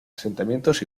asentamientos